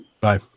Bye